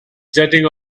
jetting